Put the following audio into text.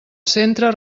centre